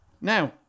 Now